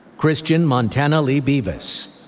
kristian montana-lee bevis.